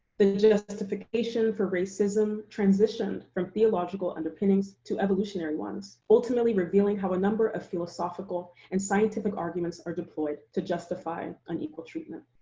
the justification for racism transitioned from theological underpinnings to evolutionary ones, ultimately revealing how a number of philosophical and scientific arguments are deployed to justify unequal treatment.